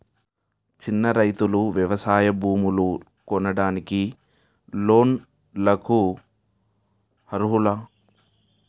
చిన్న రైతులు వ్యవసాయ భూములు కొనడానికి లోన్ లకు అర్హులా?